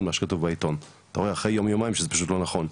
מה שכתוב בעיתון אתה רואה אחרי יום יומיים שזה פשוט לא נכון.